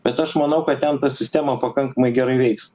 bet aš manau kad ten ta sistema pakankamai gerai veiks